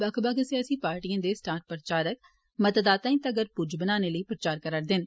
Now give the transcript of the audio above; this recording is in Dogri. बक्ख बक्ख सियासी पार्टिएं दे स्टार प्रचारक मतदाताएं तगर पुज्ज बनाने लेई प्रचार करा'रदे न